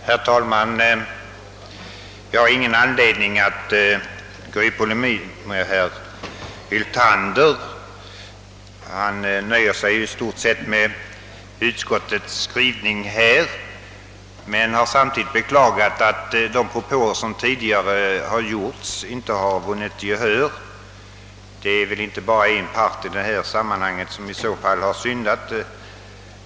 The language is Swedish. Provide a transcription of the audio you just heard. Herr talman! Jag har ingen anledning att gå i polemik med herr Hyltander. Han nöjer sig ju i stort sett med utskottets skrivning men har samtidigt beklagat att de propåer som tidigare har gjorts inte vunnit gehör. Det är väl inte bara en part i detta sammanhang som i så fall har syndat.